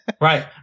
Right